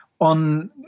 on